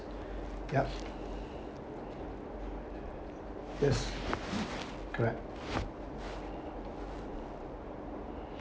yup yes correct